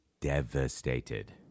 devastated